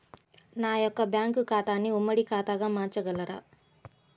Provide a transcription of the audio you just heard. నా యొక్క బ్యాంకు ఖాతాని ఉమ్మడి ఖాతాగా మార్చగలరా?